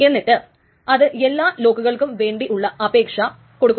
എന്നിട്ട് അത് എല്ലാ ലോക്കുകൾക്കും വേണ്ടിയുള്ള അപേക്ഷ കൊടുക്കുന്നു